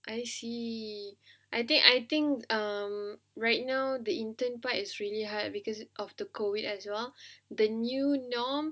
I see I think I think um right now the intent part is really hard because of the COVID as well the new norm